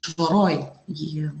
švaroj jį